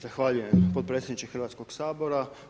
Zahvaljujem, potpredsjedniče Hrvatskog sabora.